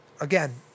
again